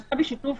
שנעשה בשיתוף